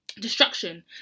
destruction